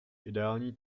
ideální